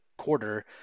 Quarter